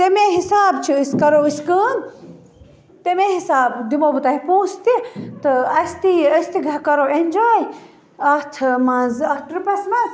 تَمے حِساب چھِ أسۍ کرو أسۍ کٲم تَمے حِساب دِمو بہٕ تۄہہِ پۅنٛسہِ تہِ تہٕ اَسہِ تہِ یہِ أسۍ تہِ کَرو ایٚنجاے اتھ مَنٛز اتھ ٹرٛپَس مَنٛز